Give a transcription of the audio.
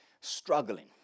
struggling